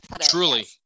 Truly